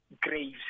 graves